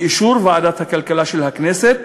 באישור ועדת הכלכלה של הכנסת,